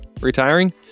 Retiring